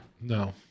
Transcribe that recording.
No